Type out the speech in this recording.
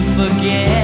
forget